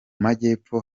majyepfo